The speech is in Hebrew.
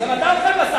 אבל יש לך הזדמנות לבטל,